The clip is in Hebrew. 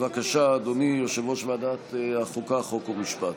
כי ועדת הפנים והגנת הסביבה תדון בהצעה לסדר-היום בנושא: